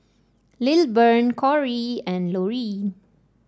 Lilburn Corrie and Laurene